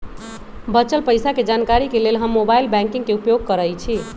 बच्चल पइसा के जानकारी के लेल हम मोबाइल बैंकिंग के उपयोग करइछि